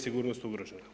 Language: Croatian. sigurnost ugrožena.